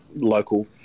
local